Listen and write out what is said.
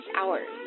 hours